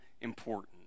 important